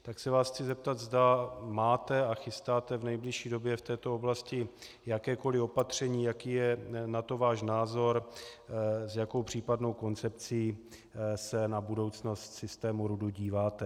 Tak se vás chci zeptat, zda máte a chystáte v nejbližší době v této oblasti jakékoli opatření, jaký je na to váš názor, s jakou případnou koncepcí se na budoucnost systému RUD díváte.